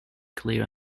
clear